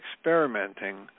experimenting